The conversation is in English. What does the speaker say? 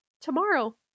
Tomorrow